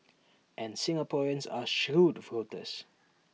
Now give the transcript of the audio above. and Singaporeans are shrewd voters